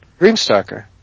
Dreamstalker